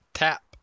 Tap